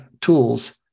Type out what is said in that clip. tools